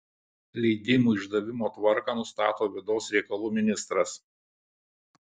leidimų išdavimo tvarką nustato vidaus reikalų ministras